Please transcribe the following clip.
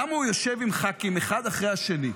למה הוא יושב עם ח"כים, אחד אחרי השני,